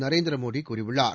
நரேந்திரமோடிகூறியுள்ளார்